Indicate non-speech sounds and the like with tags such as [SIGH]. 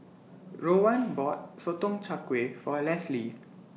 Rowan [NOISE] bought Sotong Char Kway For Lesly